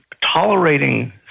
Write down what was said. tolerating